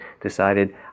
decided